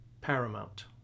paramount